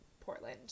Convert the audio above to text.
Portland